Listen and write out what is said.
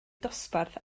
dosbarth